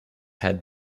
had